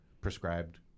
prescribed